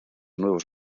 nuevos